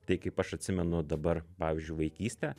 tai kaip aš atsimenu dabar pavyzdžiui vaikystę